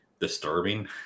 disturbing